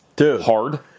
hard